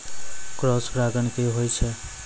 Cross परागण की होय छै?